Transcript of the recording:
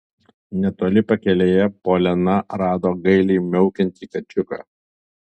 netoli pakelėje poliana rado gailiai miaukiantį kačiuką